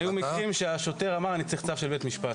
היו מקרים שהשוטר אמר: אני צריך צו של בית משפט,